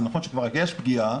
זה נכון שכבר יש פגיעה,